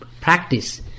practice